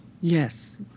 Yes